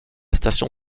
station